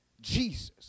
Jesus